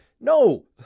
no